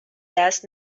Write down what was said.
دست